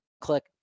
click